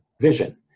vision